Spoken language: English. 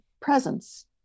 presence